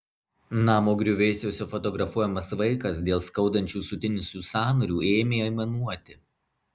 namo griuvėsiuose fotografuojamas vaikas dėl skaudančių sutinusių sąnarių ėmė aimanuoti